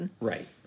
right